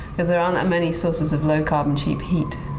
because there are not many sources of low-carbon, cheap heat.